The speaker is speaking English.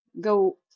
go